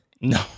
No